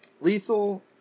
lethal